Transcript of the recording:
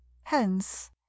hence